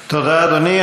תודה, אדוני.